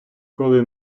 коли